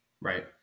Right